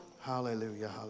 Hallelujah